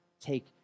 take